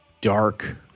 dark